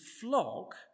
flock